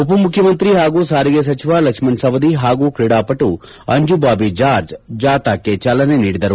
ಉಪ ಮುಖ್ಯಮಂತ್ರಿ ಹಾಗೂ ಸಾರಿಗೆ ಸಚಿವ ಲಕ್ಷ್ಮಷ್ ಸವದಿ ಹಾಗೂ ಕ್ರೀಡಾಪಟು ಅಂಜುಬಾಬಿ ಜಾರ್ಜ್ ಜಾಥಾಕ್ಕೆ ಚಾಲನೆ ನೀಡಿದರು